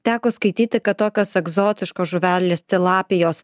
teko skaityti kad tokios egzotiškos žuvelės tilapijos